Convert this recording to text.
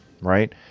right